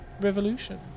revolution